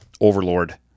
Overlord